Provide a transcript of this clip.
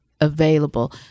available